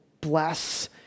bless